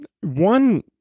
One